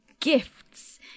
Gifts